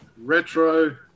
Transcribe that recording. Retro